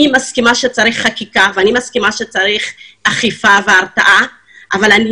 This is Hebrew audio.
אני מסכימה שצריך חקיקה ואני מסכימה שצריך אכיפה והרתעה אבל אני